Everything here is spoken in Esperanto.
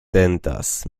tentas